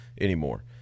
anymore